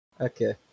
Okay